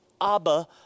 Abba